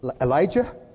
Elijah